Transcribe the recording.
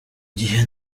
gihe